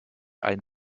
ein